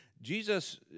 Jesus